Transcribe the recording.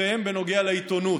תפיסותיהם בנוגע לעיתונות.